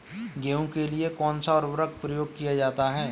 गेहूँ के लिए कौनसा उर्वरक प्रयोग किया जाता है?